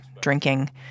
drinking